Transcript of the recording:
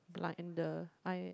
like and the